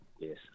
Yes